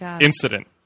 incident